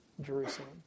Jerusalem